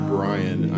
Brian